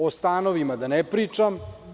O stanovima, da ne pričam.